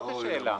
זאת השאלה.